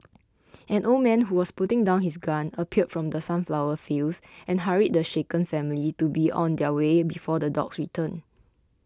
an old man who was putting down his gun appeared from the sunflower fields and hurried the shaken family to be on their way before the dogs return